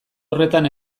horretan